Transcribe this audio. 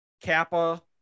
Kappa